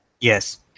yes